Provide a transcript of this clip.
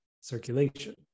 circulation